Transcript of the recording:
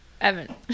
Evan